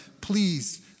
please